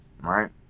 right